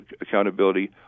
accountability